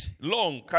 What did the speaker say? long